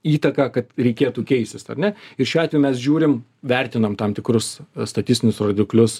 įtaką kad reikėtų keistisar ne ir šiuo atveju mes žiūrim vertinam tam tikrus statistinius rodiklius